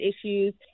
issues